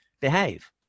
behave